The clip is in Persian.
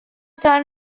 تان